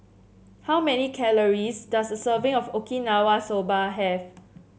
how many calories does a serving of Okinawa Soba have